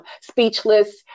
speechless